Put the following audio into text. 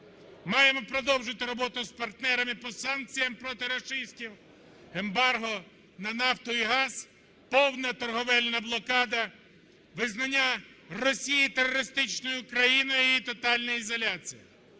Маємо продовжити роботу з партнерами по санкціях проти рашистів: ембарго на нафту і газ, повна торговельна блокада, визнання Росії терористичною країною, її тотальна ізоляція.